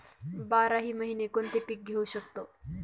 बाराही महिने कोणते पीक घेवू शकतो?